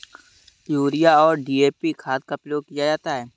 urea और DAP खाद का प्रयोग किया जाता है